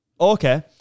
Okay